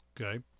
Okay